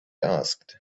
asked